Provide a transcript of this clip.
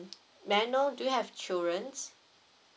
may I know do you have childrens